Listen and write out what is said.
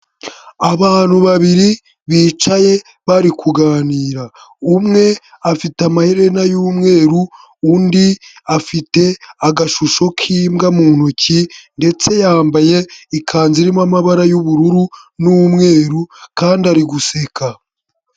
Abantu babiri bicaye bari kuganira, umwe afite amaherena y'umweru, undi afite agashusho k'imbwa mu ntoki ndetse yambaye ikanzu irimo amabara y'ubururu n'umweru kandi ari guseka.